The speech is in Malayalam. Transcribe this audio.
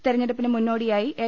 തിരഞ്ഞെടുപ്പിന് മുന്നോടിയായി എൽ